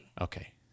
Okay